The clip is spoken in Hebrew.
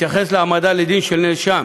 מתייחס להעמדה לדין של נאשם